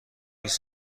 است